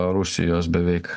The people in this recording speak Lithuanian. rusijos beveik